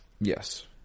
Yes